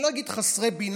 אני לא אגיד חסרי בינה,